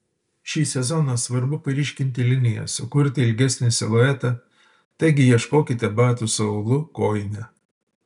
šį sezoną svarbu paryškinti linijas sukurti ilgesnį siluetą taigi ieškokite batų su aulu kojine